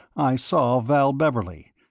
i saw val beverley,